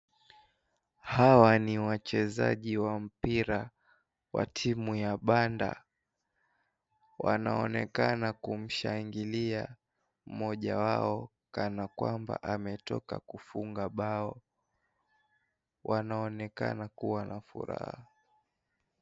Hawa ni wachezaji wa mpira ya timu ya Banda. Wanaonekana kumshangilia mmoja wao kana kwamba ametoka kufunga bao. Wanaonekana kuwa na furaha .